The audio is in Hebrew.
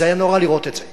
זה היה נורא לראות את זה.